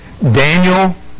Daniel